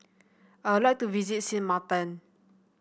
I would like to visit Sint Maarten